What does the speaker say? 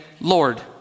Lord